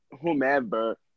whomever